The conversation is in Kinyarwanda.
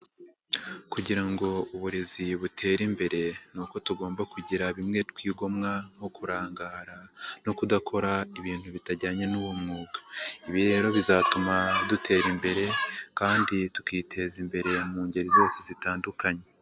Kugira ngo uburezi butere imbere ni uko tugomba kugira bimwe twigomwa nko kurangara no kudakora ibintu bitajyanye n'uwo mwuga, ibi rero bizatuma dutera imbere kandi tukiteza imbere mu ngeri zose zitandukanye.